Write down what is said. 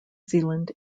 zealand